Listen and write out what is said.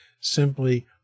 simply